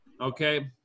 Okay